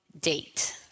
date